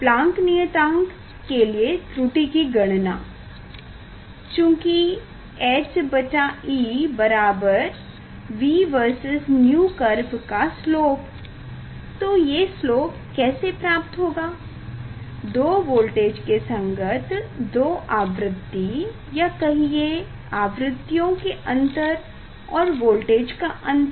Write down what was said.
Planck नियतांक के लिए त्रुटि की गणना चूंकि h e V vs 𝛎 वक्र का स्लोप तो ये स्लोप कैसे प्राप्त होगा दो वोल्टेज के संगत दो आवृति या कहिए आवृतियों का अन्तर और वोल्टेज का अन्तर